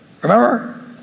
Remember